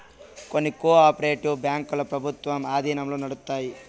కొన్ని cooperative బ్యాంకులు ప్రభుత్వం ఆధీనంలో నడుత్తాయి